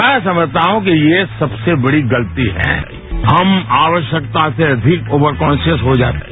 मैं समझता हूं कि यह सबसे बड़ी गलती है कि हम आकर्षकता से अधिक और काशियस हो जाते है